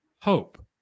hope